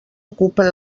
ocupen